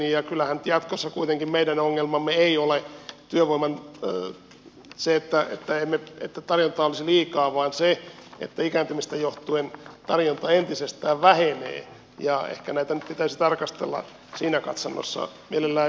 ja eihän nyt jatkossa kuitenkaan meidän ongelmamme ole työvoiman suhteen se että tarjontaa olisi liikaa vaan se että ikääntymisestä johtuen tarjonta entisestään vähenee ja ehkä näitä nyt pitäisi tarkastella siinä katsannossa mielellään yhtä aikaakin